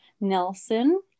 nelson